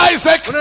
Isaac